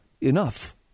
enough